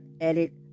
edit